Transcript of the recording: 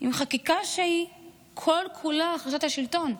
עם חקיקה שהיא כל-כולה החלשת השלטון.